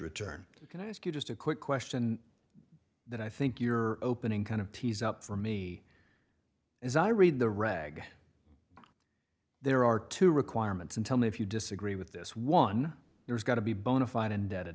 return can i ask you just a quick question that i think your opening kind of tease up for me is i read the rag there are two requirements and tell me if you disagree with this one there's got to be bonafide indebted